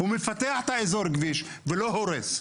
הוא מפתח את האזור, כביש, ולא הורס.